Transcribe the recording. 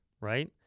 right